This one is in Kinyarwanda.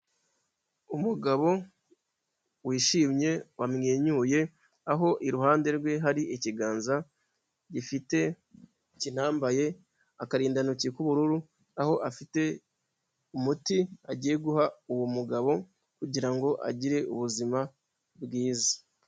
Umugabo wishimye wamwenyuye aho iruhande rwe hari ikiganza gifite kinambaye akarindantoki k'ubururu, aho afite umuti agiye guha uwo mugabo kugira ngo agire ubuzima bwiza.